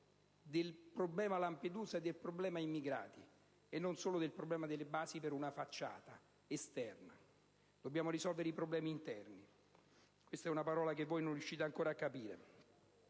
del problema Lampedusa e del problema immigrati, e non solo del problema delle basi, per fini esterni, poi. Dobbiamo risolvere i problemi interni. Questa è la parola che non riuscite ancora a capire